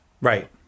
right